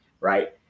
right